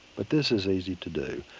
but this is easy to do.